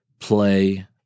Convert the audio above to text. Play